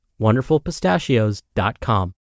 WonderfulPistachios.com